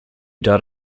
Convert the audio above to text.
died